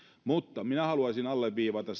mutta minä haluaisin alleviivata